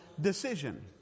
decision